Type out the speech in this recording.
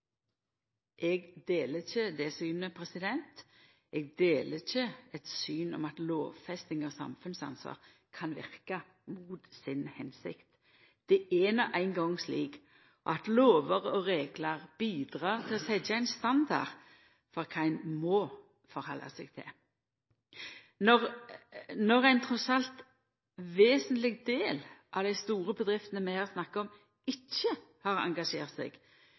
Eg deler ikkje det synet. Eg deler ikkje eit syn om at lovfesting av samfunnsansvar kan verka mot si hensikt. Det er no ein gong slik at lover og reglar bidreg til å setja ein standard for kva ein må retta seg etter. Når ein trass alt vesentleg del av dei store bedriftene vi her snakkar om, ikkje har engasjert seg